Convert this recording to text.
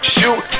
Shoot